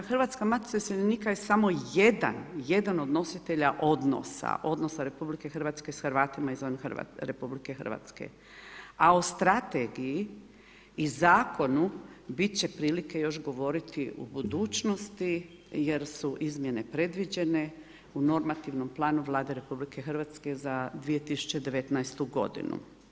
Hrvatska matica iseljenika je samo jedan od nositelja odnosa RH s Hrvatima izvan RH, a o strategiji i Zakonu biti će prilike još govoriti u budućnosti jer su izmjene predviđene u normativnom planu Vlade RH za 2019. godinu.